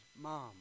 mom